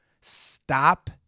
stop